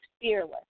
fearless